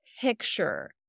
picture